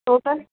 total